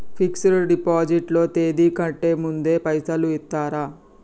Fix డ్ deposit లో తేది కంటే ముందే పైసలు ఇత్తరా?